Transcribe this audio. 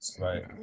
right